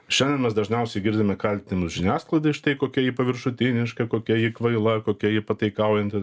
šiandien mes dažniausiai girdime kaltinimus žiniasklaidai štai kokia ji paviršutiniška kokia ji kvaila kokia ji pataikaujanti